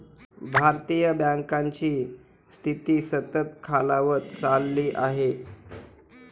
भारतीय बँकांची स्थिती सतत खालावत चालली आहे